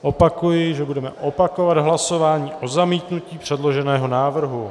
Opakuji, že budeme opakovat hlasování o zamítnutí předloženého návrhu.